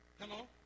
Hello